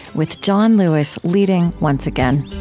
with john lewis leading once again